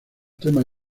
temas